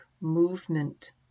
movement